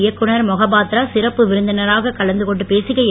இயக்குநர் மொகாபத்ரா சிறப்பு விருந்தினராக கலந்து கொண்டு பேசுகையில்